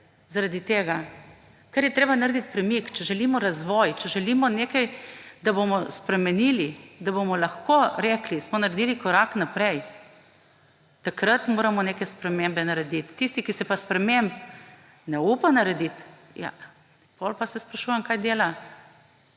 Zaradi tega. Ker je treba narediti premik, če želimo razvoj, če želimo nekaj, da bomo spremenili, da bomo lahko rekli – smo naredili korak naprej. Takrat moramo neke spremembe narediti. Tisti, ki se pa sprememb ne upa narediti, potem se pa sprašujem, kaj dela.